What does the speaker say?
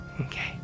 Okay